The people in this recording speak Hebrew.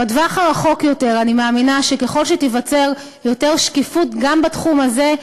בטווח הארוך יותר אני מאמינה שככל שתיווצר יותר שקיפות גם בתחום הזה,